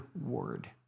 word